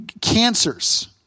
Cancers